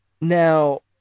Now